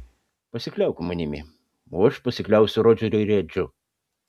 pasikliauk manimi o aš pasikliausiu rodžeriu ir edžiu